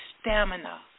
stamina